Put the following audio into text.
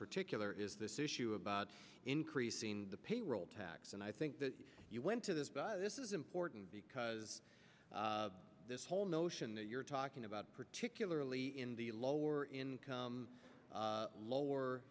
particular is this issue about increasing the payroll tax and i think that you went to this but this is important because this whole notion that you're talking about particularly in the lower income lower